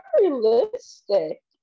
realistic